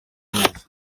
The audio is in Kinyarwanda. neza